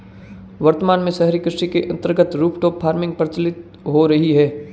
वर्तमान में शहरी कृषि के अंतर्गत रूफटॉप फार्मिंग प्रचलित हो रही है